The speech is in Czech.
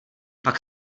pak